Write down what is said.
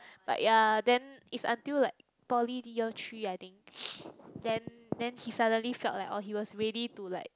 but ya then it's until like then poly year three I think then then he suddenly felt that he was ready to like